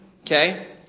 Okay